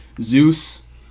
Zeus